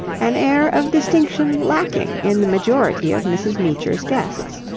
an air of distinction lacking in the majority of mrs. meecher's guests.